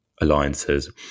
alliances